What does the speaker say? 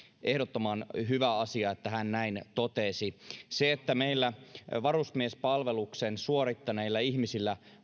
ehdottoman hyvä asia että hän näin totesi se että meillä olisi varusmiespalveluksen suorittaneilla ihmisillä